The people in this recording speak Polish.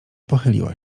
pochyliła